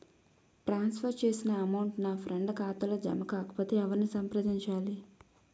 ట్రాన్స్ for చేసిన amount నా friend ఖాతాలో జమ కాకపొతే ఎవరిని సంప్రదించాలి?